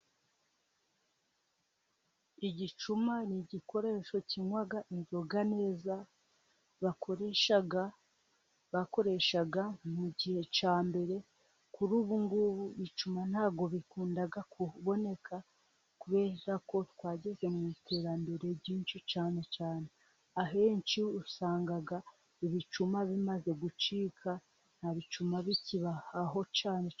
Igicuma ni igikoresho kinywa inzoga neza, bakoreshaga mu gihe cya mbere kuri ubu ngubu bicuma ntago bikunda kuboneka, kubera ko twageze mu iterambere ryinshi cyane cyane, ahenshi usanga ibicuma bimaze gucika nta bicuma bikiba aho cyane.